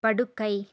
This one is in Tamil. படுக்கை